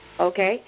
okay